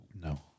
No